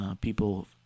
people